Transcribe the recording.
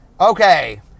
Okay